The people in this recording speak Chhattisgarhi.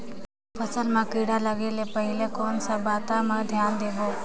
फसल मां किड़ा लगे ले पहले कोन सा बाता मां धियान देबो?